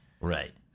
Right